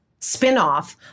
spinoff